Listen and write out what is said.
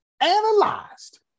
Analyzed